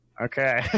Okay